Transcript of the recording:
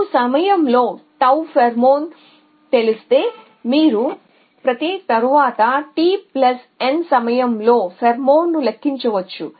మీకు సమయం లో టౌ ఫెరోమోన్ తెలిస్తే మీరు ప్రతి తరువాత T N సమయంలో ఫేర్మోన్ను లెక్కించవచ్చు